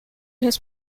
his